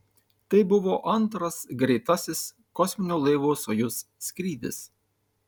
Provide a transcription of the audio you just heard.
tai buvo antras greitasis kosminio laivo sojuz skrydis